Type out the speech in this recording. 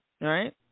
right